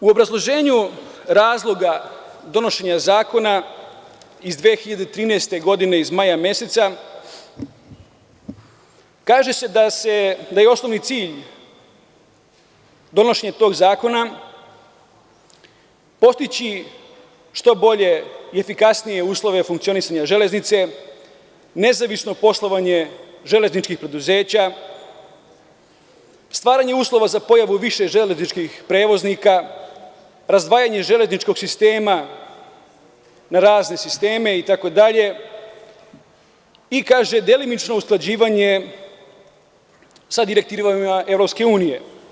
U obrazloženju razloga donošenja zakona iz maja meseca 2013. godine kaže se da je osnovni cilj donošenja tog zakona postići što bolje i efikasnije uslove funkcionisanja železnice, nezavisno poslovanje železničkih preduzeća, stvaranje uslova za pojavu više železničkih prevoznika, razdvajanje železničkog sistema na razne sisteme itd, i kaže – delimično usklađivanje sa direktivama EU.